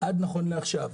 נכון לעכשיו.